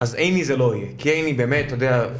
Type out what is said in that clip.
אז איני זה לא יהיה, כי איני באמת, אתה יודע...